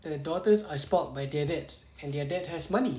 the daughters are spoilt by their dads and their dads has money